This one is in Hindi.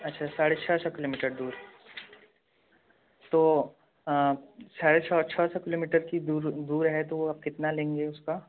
अच्छा साढ़े छः सौ किलोमीटर दूर तो साढ़े छः छः सौ किलोमीटर की दूर दूर है तो वह आप कितना लेंगे उसका